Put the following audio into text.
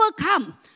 overcome